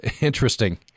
Interesting